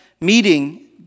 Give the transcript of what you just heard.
meeting